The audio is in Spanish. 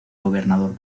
gobernador